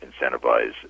incentivize